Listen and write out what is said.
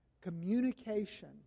communication